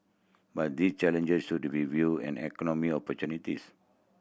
but these challenges should be viewed and economic opportunities